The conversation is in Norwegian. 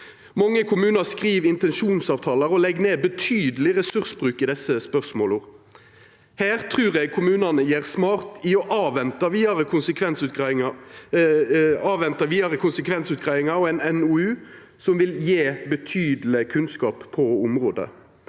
Mange kommunar skriv intensjonsavtalar og legg ned betydeleg resursbruk i desse spørsmåla. Her trur eg kommunane gjer smart i å venta på vidare konsekvensutgreiing og ei NOU som vil gje betydeleg kunnskap på området.